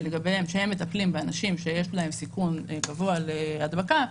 שהם מטפלים באנשים שיש להם סיכון גבוה להדבקה,